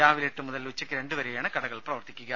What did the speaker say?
രാവിലെ എട്ട് മുതൽ ഉച്ചക്ക് രണ്ട് വരെയാണ് കടകൾ പ്രവർത്തിക്കുക